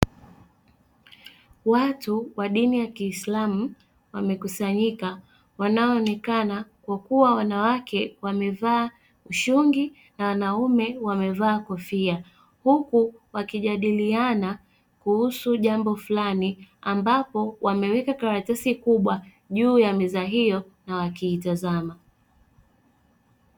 Watu wa dini ya kiislamu, wamekusanyika, wanaoonekana kwa kuwa wanawake wamevaa ushungi na wanaume wamevaa kofia, huku wakijadiliana kuhusu jambo fulani, ambapo wameweka karatasi kubwa juu ya meza hiyo na wakiitazama.